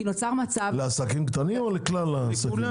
לעסקים קטנים או לכולם?